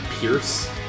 Pierce